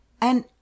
and